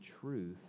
truth